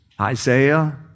Isaiah